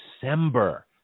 December